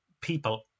people